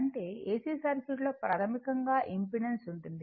అంటే AC సర్క్యూట్లో ప్రాథమికంగా ఇంపెడెన్స్ ఉంటుంది